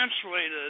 translated